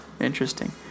Interesting